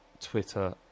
Twitter